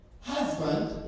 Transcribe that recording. husband